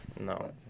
No